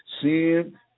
Sin